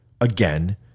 again